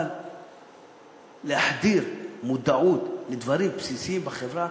אבל בלהחדיר מודעות לדברים בסיסיים בחברה